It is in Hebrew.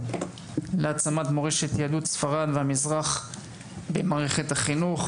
להעצמת מורשת יהדות ספרד והמזרח במערכת החינוך.